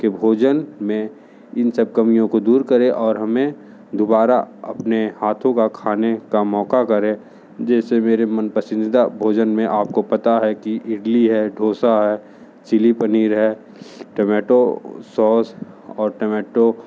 के भोजन में इन सब कमियों को दूर करें और हमें दोबारा अपने हाथों का खाने का मौका करें जैसे मेरे मन पसंदीदा भोजन मे आपको पता है कि इडली है डोसा है चिल्ली पनीर है टोमॅटो सॉस और टोमॅटो का